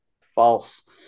false